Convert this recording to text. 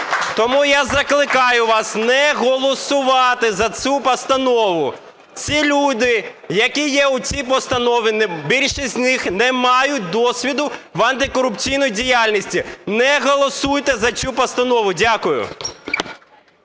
Тому я закликаю вас не голосувати за цю постанову. Ці люди, які є у цій постанові, більшість з них не мають досвіду в антикорупційній діяльності. Не голосуйте за цю постанову. Дякую.